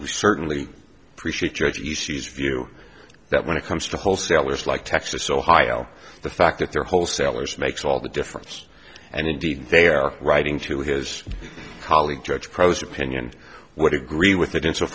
we certainly appreciate judge e c s view that when it comes to wholesalers like texas ohio the fact that they're wholesalers makes all the difference and indeed they are writing to his colleague judge pros opinion would agree with that inso